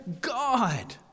God